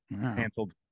canceled